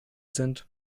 sind